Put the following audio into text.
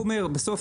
בסוף,